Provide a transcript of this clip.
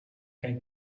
geen